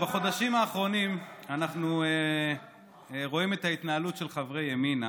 בחודשים האחרונים אנחנו רואים את ההתנהלות של חברי ימינה,